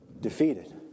defeated